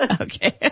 Okay